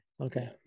okay